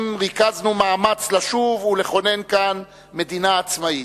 ריכזנו מאמץ לשוב ולכונן כאן מדינה עצמאית,